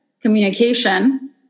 communication